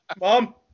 Mom